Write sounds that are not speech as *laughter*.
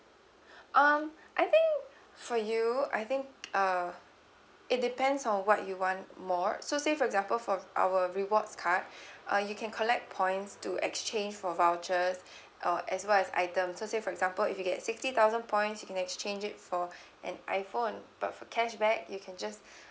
*breath* um I think for you I think uh it depends on what you want more so say for example for our rewards card *breath* uh you can collect points to exchange for vouchers *breath* or as well as item so say for example if you get sixty thousand points you can exchange it *breath* for an iphone but for cashback you can just *breath*